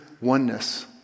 oneness